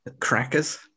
crackers